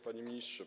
Panie Ministrze!